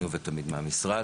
אני עובד תמיד מהמשרד,